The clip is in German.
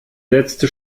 letzte